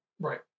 right